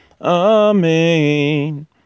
Amen